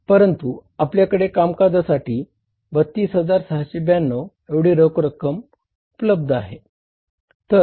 परंतु आपल्याकडे कामकाजासाठी 32692 एवढी रोख रक्कम उपलब्ध आहे